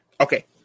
Okay